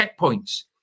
checkpoints